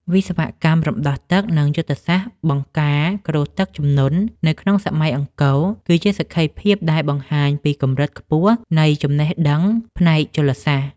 វិស្វកម្មរំដោះទឹក និងយុទ្ធសាស្ត្របង្ការគ្រោះទឹកជំនន់នៅក្នុងសម័យអង្គរ គឺជាសក្ខីភាពដែលបង្ហាញពីកម្រិតខ្ពស់នៃចំណេះដឹងផ្នែកជលសាស្ត្រ។